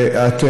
ואת,